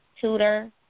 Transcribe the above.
tutor